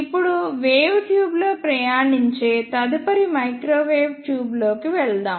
ఇప్పుడు వేవ్ ట్యూబ్లో ప్రయాణించే తదుపరి మైక్రోవేవ్ ట్యూబ్లోకి వెళ్దాం